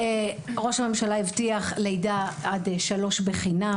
ראש הממשלה הבטיח לידה עד שלוש בחינם,